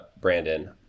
brandon